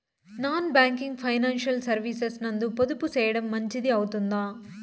Non banking financial services నందు పొదుపు సేయడం మంచిది అవుతుందా?